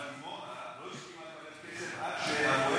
אבל דימונה לא הסכימה לקבל כסף עד,